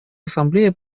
ассамблея